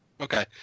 Okay